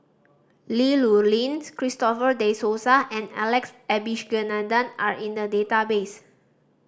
Li Rulin Christopher De Souza and Alex Abisheganaden are in the database